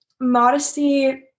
modesty